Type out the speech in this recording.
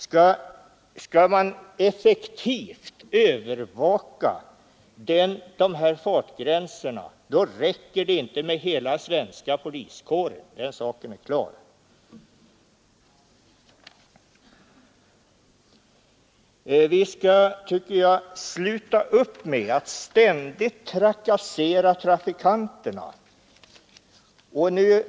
Skall man effektivt övervaka dessa fartgränser, då räcker det inte med hela svenska poliskåren, den saken är klar. Man skall, tycker jag, sluta upp med att ständigt trakassera trafikanterna.